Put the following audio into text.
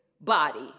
body